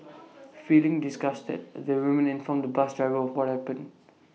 feeling disgusted the woman informed the bus driver of what happened